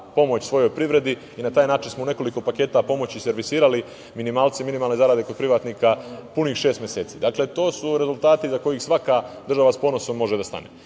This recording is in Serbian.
pomoć svojoj privredi i na taj način smo u nekoliko paketa pomoći servisirali minimalce, minimalne zarade kod privatnika punih šest meseci. Dakle, to su rezultati iza kojih svaka država može sa ponosom da stane.